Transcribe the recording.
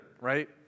right